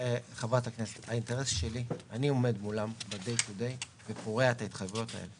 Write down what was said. אני זה שעומד מולם ופורע את ההתחייבויות האלו.